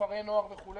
כפרי נוער וכו',